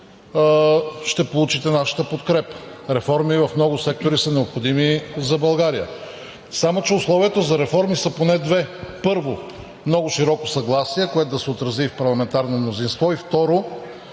ще получите нашата подкрепа. Реформи в много сектори са необходими за България, само че условията за реформи са поне две. Първо, много широко съгласие, което да се отрази и в парламентарно мнозинство. Второ,